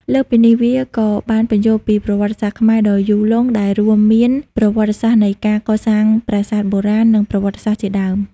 លើសពីនេះ វាក៏បានពន្យល់ពី ប្រវត្តិសាស្ត្រខ្មែរ ដ៏យូរលង់ ដែលរួមមានប្រវត្តិសាស្ត្រនៃការកសាងប្រាសាទបុរាណ និងប្រវត្តិសាស្ត្រជាដើម។